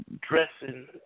dressing